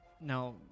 Now